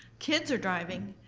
kids are driving,